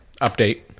Update